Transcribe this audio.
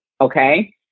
okay